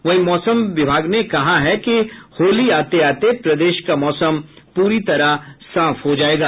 वहीं विभाग ने कहा है कि होली आते आते प्रदेश का मौसम पूरी तरह साफ हो जायेगा